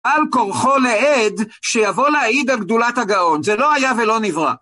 על כורחו לעד שיבוא להעיד על גדולת הגאון. זה לא היה ולא נברא.